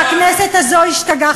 והכנסת הזו השתגעה,